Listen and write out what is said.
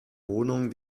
wohnung